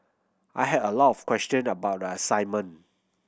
I had a lot of question about the assignment